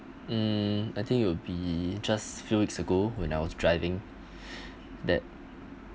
hmm I think it'll be just few weeks ago when I was driving that